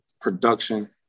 production